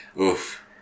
Oof